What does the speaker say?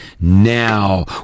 now